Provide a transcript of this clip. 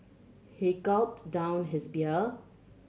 he gulped down his beer